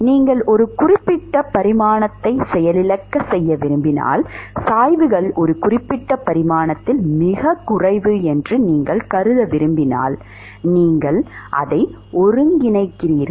நீங்கள் ஒரு குறிப்பிட்ட பரிமாணத்தை செயலிழக்கச் செய்ய விரும்பினால் சாய்வுகள் ஒரு குறிப்பிட்ட பரிமாணத்தில் மிகக் குறைவு என்று நீங்கள் கருத விரும்பினால் நீங்கள் ஒருங்கிணைக்கிறீர்கள்